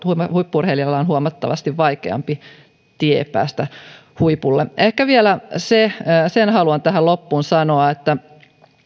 huippu urheilijalla on huomattavasti vaikeampi tie päästä huipulle ehkä vielä sen haluan tähän loppuun sanoa että